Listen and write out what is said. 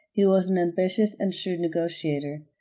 he was an ambitious and shrewd negotiator.